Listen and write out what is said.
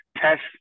test